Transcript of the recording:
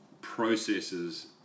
processes